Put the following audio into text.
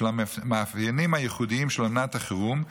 בשל המאפיינים הייחודיים של אומנת החירום,